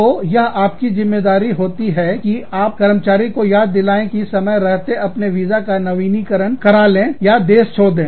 तो यह आपकी ज़िम्मेदारी हो जाती है कि आप कर्मचारी को याद दिलाए कि समय रहते अपने वीजा का नवीनीकरण करा लें या देश छोड़ दें